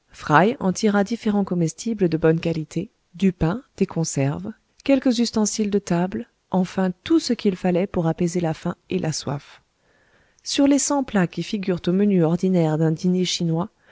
en tira différents comestibles de bonne qualité du pain des conserves quelques ustensiles de table enfin tout ce qu'il fallait pour apaiser la faim et la soif sur les cent plats qui figurent au menu ordinaire d'un dîner chinois